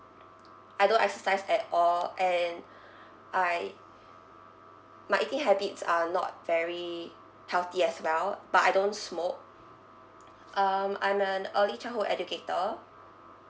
I don't exercise at all and I my eating habits are not very healthy as well but I don't smoke um I'm an early childhood educator